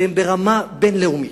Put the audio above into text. שהם ברמה בין-לאומית.